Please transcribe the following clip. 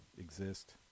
exist